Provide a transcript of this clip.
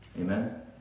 Amen